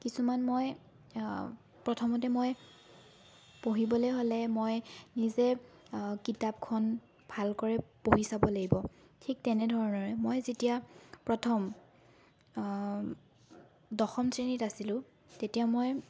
কিছুমান মই প্ৰথমতে মই পঢ়িবলৈ হ'লে মই নিজে কিতাপখন ভালকৰে পঢ়ি চাব লাগিব ঠিক তেনেধৰণৰে মই যেতিয়া প্ৰথম দশম শ্ৰেণীত আছিলোঁ তেতিয়া মই